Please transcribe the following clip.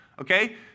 Okay